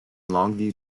longview